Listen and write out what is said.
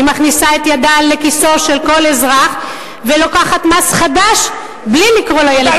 היא מכניסה את ידה לכיסו של כל אזרח ולוקחת מס חדש בלי לקרוא לילד בשמו.